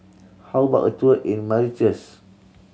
how about a tour in Mauritius